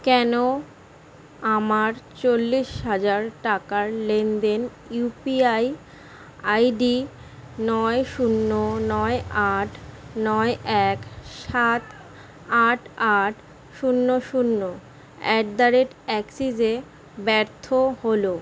কেন আমার চল্লিশ হাজার টাকার লেনদেন ইউপিআই আইডি নয় শূন্য নয় আট নয় এক সাত আট আট শূন্য শূন্য অ্যাট দা রেট অ্যাক্সিসে ব্যর্থ হলো